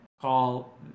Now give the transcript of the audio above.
call